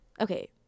Okay